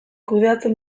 kudeatzen